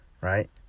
right